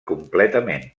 completament